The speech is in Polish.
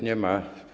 Nie ma.